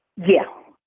yeah.